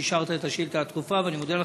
שאישרת את השאילתה הדחופה ואני מודה לך,